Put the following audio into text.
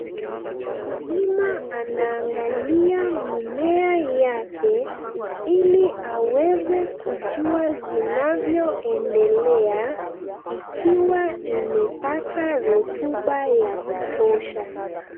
Mkulima anaangalia mimea yake ili aweze kujua zinavyo endelea ikiwa imepata rotuba ya kutosha.